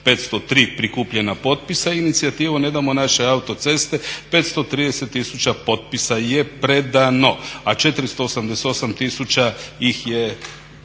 503 prikupljena potpisa. I inicijativu "Ne damo naše autoceste" 530 tisuća potpisa je predano, a 488 tisuća ih je valjano.